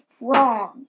wrong